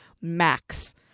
max